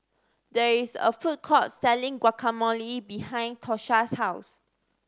there is a food court selling Guacamole behind Tosha's house